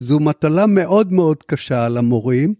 ‫זו מטלה מאוד מאוד קשה למורים.